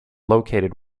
located